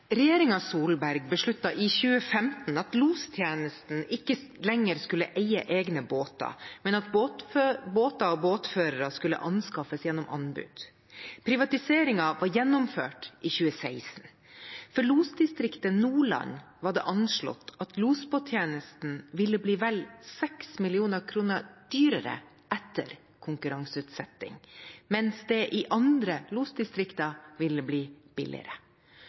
lenger skulle eie egne båter, men at båter og båtførere skulle anskaffes gjennom anbud. Privatiseringen var gjennomført i 2016. For losdistriktet Nordland var det anslått at losbåttjenesten ville bli vel 6 millioner kroner dyrere etter konkurranseutsettingen, mens det i andre losdistrikter ville bli billigere.